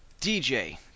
DJ